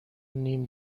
نیم